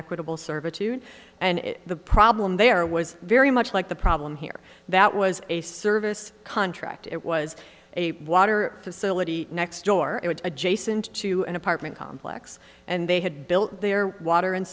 equitable servitude and the problem there was very much like the problem here that was a service contract it was a water facility next door it was adjacent to an apartment complex and they had built their water and